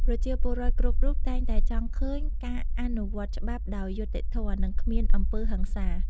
ប្រជាពលរដ្ឋគ្រប់រូបតែងតែចង់ឃើញ ការអនុវត្តច្បាប់ដោយយុត្តិធម៌ និងគ្មានអំពើហិង្សា។